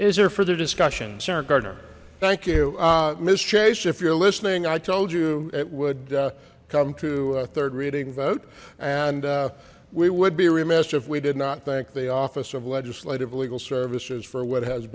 is there further discussion sarah gardner thank you miss chase if you're listening i told you it would come to a third reading vote and we would be remiss if we did not think the office of legislative legal services for what has